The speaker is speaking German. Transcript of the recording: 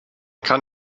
kann